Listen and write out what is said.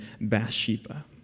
Bathsheba